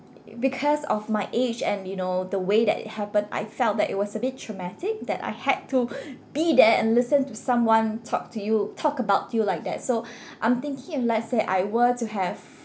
because of my age and you know the way that it happened I felt that it was a bit traumatic that I had to be there and listen to someone talk to you talk about you like that so I'm thinking if let's say I were to have